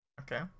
Okay